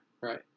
Right